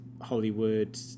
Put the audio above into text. hollywood